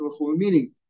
meaning